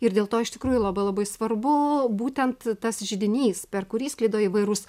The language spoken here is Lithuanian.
ir dėl to iš tikrųjų labai labai svarbu būtent tas židinys per kurį sklido įvairūs